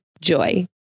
Joy